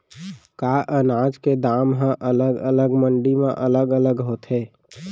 का अनाज के दाम हा अलग अलग मंडी म अलग अलग होथे?